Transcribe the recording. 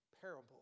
parable